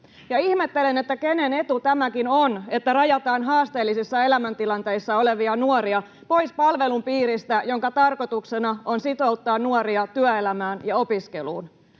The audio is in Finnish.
Ihmettelen, kenen etu tämäkin on, että rajataan haasteellisissa elämäntilanteissa olevia nuoria pois sellaisen palvelun piiristä, jonka tarkoituksena on sitouttaa nuoria työelämään ja opiskeluun.